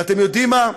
ואתם יודעים מה?